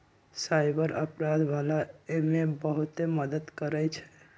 cyber अपराध वाला एमे बहुते मदद करई छई